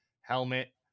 helmet